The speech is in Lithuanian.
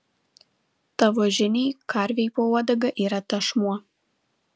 tavo žiniai karvei po uodega yra tešmuo